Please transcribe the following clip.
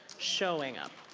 showing up.